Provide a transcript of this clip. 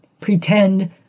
pretend